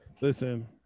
Listen